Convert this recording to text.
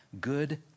good